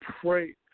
pray